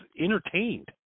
entertained